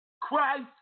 Christ